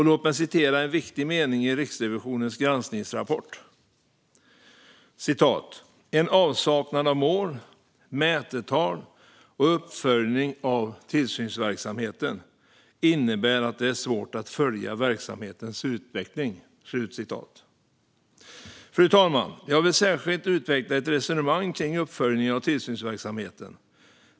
Låt mig citera en viktig mening i Riksrevisionens granskningsrapport: "En avsaknad av mål, mätetal och uppföljning av tillsynsverksamheten innebär att det är svårt att följa verksamhetens utveckling." Fru talman! Jag vill särskilt utveckla ett resonemang kring uppföljningen av tillsynsverksamheten.